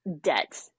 debt